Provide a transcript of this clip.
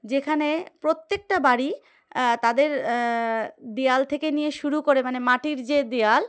যেখানে প্রত্যেকটা বাড়ি তাদের দেওয়াল থেকে নিয়ে শুরু করে মানে মাটির যে দেওয়াল